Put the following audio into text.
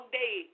day